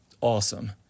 awesome